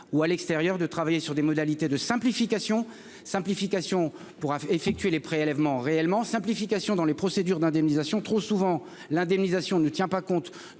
ou à l'extérieur de travailler sur des modalités de simplification simplification pour effectuer les prélèvements réellement simplification dans les procédures d'indemnisation trop souvent l'indemnisation ne tient pas compte